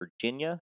Virginia